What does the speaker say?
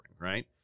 Right